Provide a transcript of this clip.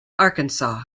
arkansas